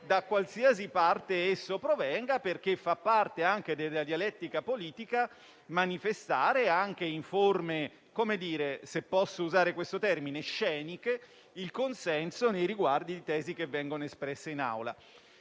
da qualsiasi parte esso provenga, perché fa parte della dialettica politica manifestare, anche in forme - se posso usare questo termine - sceniche, il consenso nei riguardi di tesi espresse in